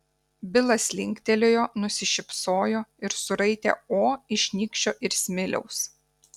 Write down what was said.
bilas linktelėjo nusišypsojo ir suraitė o iš nykščio ir smiliaus